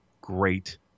great